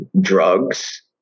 drugs